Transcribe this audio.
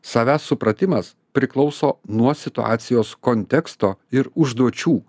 savęs supratimas priklauso nuo situacijos konteksto ir užduočių